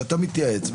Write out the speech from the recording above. שאתה מתייעץ,